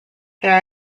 there